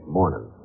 morning